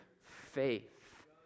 faith